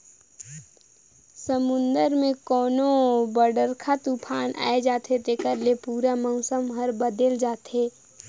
समुन्दर मे कोनो बड़रखा तुफान आये जाथे तेखर ले पूरा मउसम हर बदेल जाथे